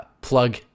plug